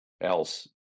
else